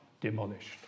demolished